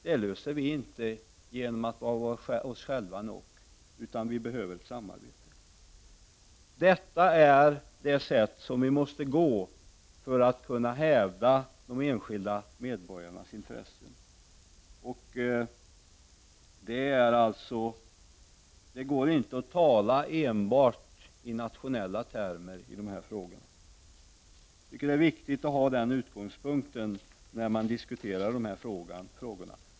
Vi löser inte problemen genom att vara oss själva nog, utan det behövs samarbete. Det är denna väg som vi måste gå för att kunna hävda de enskilda medborgarnas intressen. I de här frågorna kan man inte tala i enbart nationella termer. Jag tycker att det är viktigt att vi har denna utgångspunkt när vi diskuterar dessa frågor.